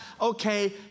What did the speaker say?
okay